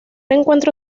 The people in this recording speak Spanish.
encuentro